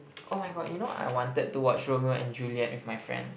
oh my god you know I wanted to watch Romeo and Juliet with my friend